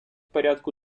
порядку